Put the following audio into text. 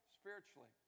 spiritually